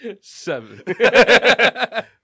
Seven